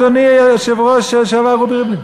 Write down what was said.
אדוני היושב-ראש, היושב-ראש רובי ריבלין.